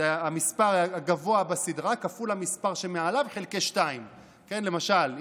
זה המספר הגבוה בסדרה כפול המספר שמעליו חלקי 2. למשל,